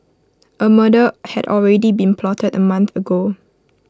A murder had already been plotted A month ago